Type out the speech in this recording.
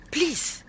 Please